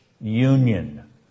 union